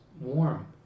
warm